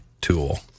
tool